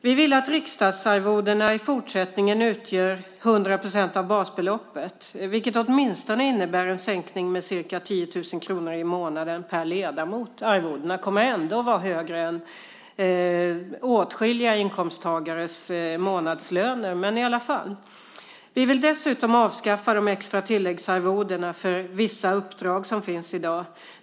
Vi vill att riksdagsarvodena i fortsättningen utgör 100 % av basbeloppet, vilket åtminstone innebär en sänkning med 10 000 kr i månaden per ledamot. Arvodena kommer ändå att vara högre än åtskilliga inkomsttagares månadslöner, men i alla fall. Vi vill dessutom avskaffa de extra tilläggsarvodena för vissa uppdrag som finns i dag.